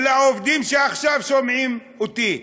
ולעובדים שעכשיו שומעים אותי: